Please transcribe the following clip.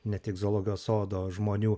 ne tik zoologijos sodo žmonių